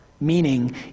meaning